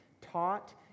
taught